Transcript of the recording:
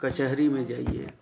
कचहरी में जाइए